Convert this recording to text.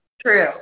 True